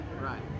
Right